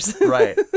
Right